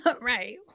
Right